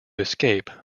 escape